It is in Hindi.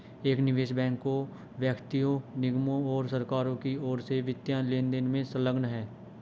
एक निवेश बैंक जो व्यक्तियों निगमों और सरकारों की ओर से वित्तीय लेनदेन में संलग्न है